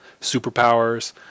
superpowers